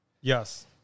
Yes